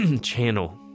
channel